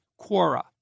Quora